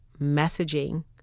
messaging